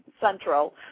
Central